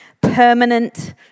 permanent